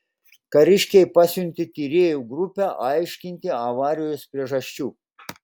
kariškiai pasiuntė tyrėjų grupę aiškinti avarijos priežasčių